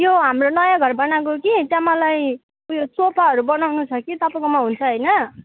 त्यो हाम्रो नयाँ घर बनाएको कि त्यहाँ मलाई उयो सोफाहरू बनाउनु छ कि तपाईँकोमा हुन्छ होइन